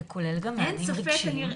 זה כולל גם מענים רגשיים?